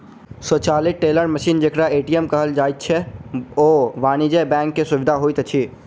स्वचालित teller machine जेकरा ATM कहल जाइत छै, ओ वाणिज्य बैंक के सुविधा होइत अछि